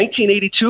1982